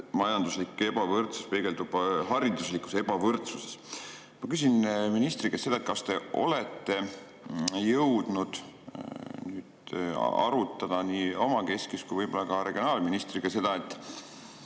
majanduslik ebavõrdsus peegeldub hariduslikus ebavõrdsuses. Ma küsin ministri käest seda. Kas te olete jõudnud arutada nii omakeskis kui võib-olla ka regionaalministriga,